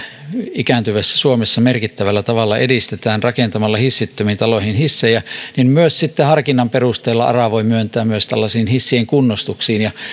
ikääntyvässä suomessa merkittävällä tavalla edistetään rakentamalla hissittömiin taloihin hissejä voi ara harkinnan perusteella myöntää myös hissien kunnostuksiin